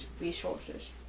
resources